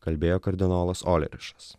kalbėjo kardinolas olerišas